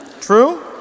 True